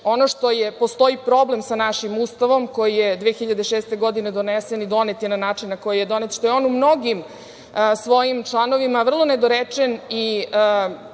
što postoji problem sa našim Ustavom, koji je 2006. godine donesen i donet je na način na koji je donet, što je on u mnogim svojim članovima vrlo nedorečen i